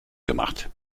gemacht